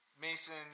Mason